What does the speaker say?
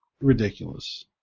ridiculous